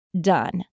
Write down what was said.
Done